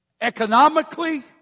economically